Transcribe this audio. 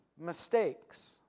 mistakes